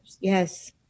Yes